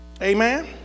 Amen